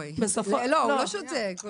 לא, הוא לא שותק.